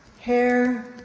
hair